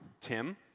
Tim